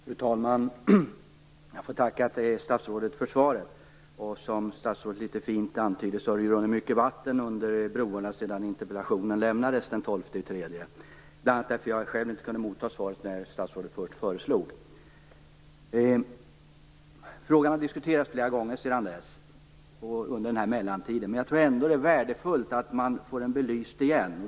Fru talman! Jag får tacka statsrådet för svaret. Som statsrådet litet fint antydde har det runnit mycket vatten under broarna sedan interpellationen lämnades den 12 mars. Jag kunde bl.a. själv inte motta svaret vid det tillfälle som statsrådet först föreslog. Frågan har diskuterats flera gånger sedan dess, under den här mellantiden. Men jag tror ändå att det är värdefullt att man får den belyst igen.